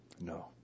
No